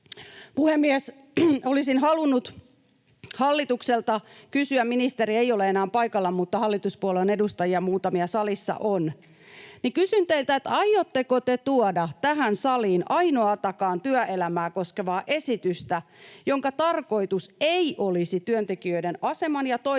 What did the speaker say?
Puhemies! Olisin halunnut hallitukselta kysyä — ministeri ei ole enää paikalla, mutta hallituspuolueen muutamia edustajia salissa on, niin kysyn teiltä: Aiotteko te tuoda tähän saliin ainoatakaan työelämää koskevaa esitystä, jonka tarkoitus ei olisi työntekijöiden aseman ja toimeentulon